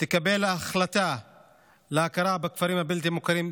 תקבל החלטה להכיר בכפרים הבלתי-מוכרים,